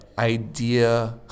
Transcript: idea